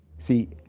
see,